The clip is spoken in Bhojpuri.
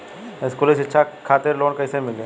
स्कूली शिक्षा खातिर लोन कैसे मिली?